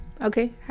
Okay